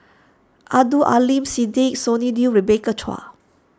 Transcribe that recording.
Abdul Aleem Siddique Sonny Liew Rebecca Chua